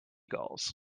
gulls